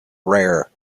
rare